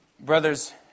Brothers